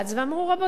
ואמרו: רבותי,